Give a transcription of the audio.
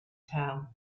town